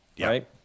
right